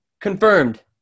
Confirmed